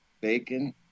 Bacon